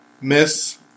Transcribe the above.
Miss